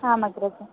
आम् अग्रज